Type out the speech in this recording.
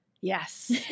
Yes